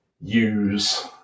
use